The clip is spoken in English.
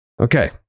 Okay